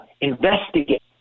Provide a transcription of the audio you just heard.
investigate